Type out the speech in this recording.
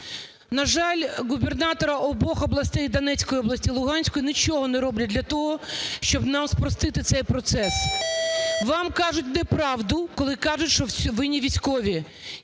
На жаль, губернатори обох областей, Донецької області і Луганської, нічого не роблять для того, щоб нам спростити цей процес. Вам кажуть неправду, коли кажуть, що винні військові.